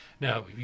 Now